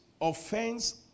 offense